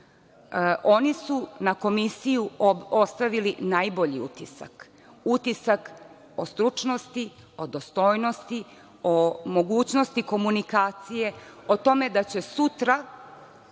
Oni su na komisiju ostavili najbolji utisak, utisak o stručnosti, o dostojnosti, o mogućnosti komunikacije, o tome da će sutra